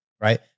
right